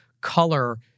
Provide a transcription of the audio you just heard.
color